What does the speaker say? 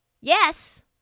yes